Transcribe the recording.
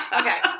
okay